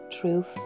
truth